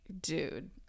dude